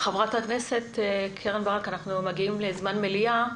ח"כ קרן ברק, אנחנו מגיעים לזמן מליאה.